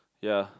ya